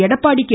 Edappadi K